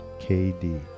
KD